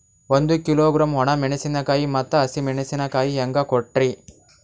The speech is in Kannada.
ಒಂದ ಕಿಲೋಗ್ರಾಂ, ಒಣ ಮೇಣಶೀಕಾಯಿ ಮತ್ತ ಹಸಿ ಮೇಣಶೀಕಾಯಿ ಹೆಂಗ ಕೊಟ್ರಿ?